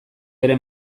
bere